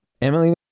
Emily